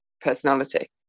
personality